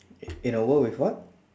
i~ in a world with what